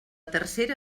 tercera